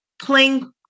playing